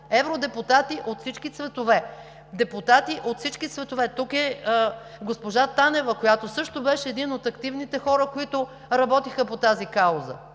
депутати от всички цветове. Тук е госпожа Танева, която също беше един от активните хора, които работиха по тази кауза